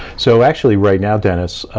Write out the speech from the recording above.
so actually, right now, dennis,